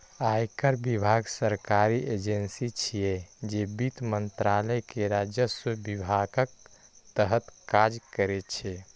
आयकर विभाग सरकारी एजेंसी छियै, जे वित्त मंत्रालय के राजस्व विभागक तहत काज करै छै